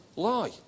lie